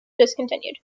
discontinued